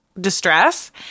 distress